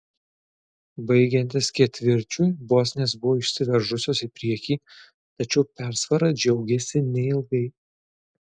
baigiantis ketvirčiui bosnės buvo išsiveržusios į priekį tačiau persvara džiaugėsi neilgai